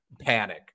panic